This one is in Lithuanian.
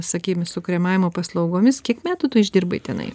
sakykim su kremavimo paslaugomis kiek metų tu išdirbai tenai